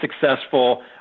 successful